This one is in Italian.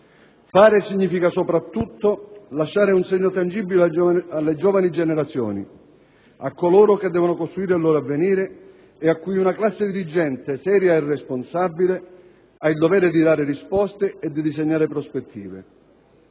fare significa soprattutto lasciare un segno tangibile alle giovani generazioni, a coloro che devono costruire il loro avvenire e a cui una classe dirigente seria e responsabile ha il dovere di dare risposte e di disegnare prospettive.